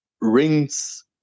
rings